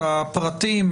אלה כול הפרטים.